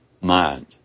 mind